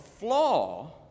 Flaw